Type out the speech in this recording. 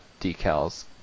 decals